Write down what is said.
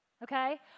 Okay